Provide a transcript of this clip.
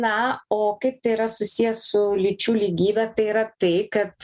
na o kaip tai yra susiję su lyčių lygybe tai yra tai kad